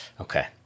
Okay